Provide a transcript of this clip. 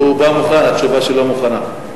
הוא בא מוכן, התשובה שלו מוכנה.